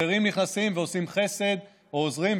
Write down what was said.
אחרים נכנסים ועושים חסד או עוזרים,